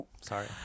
Sorry